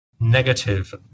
negative